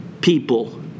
people